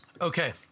Okay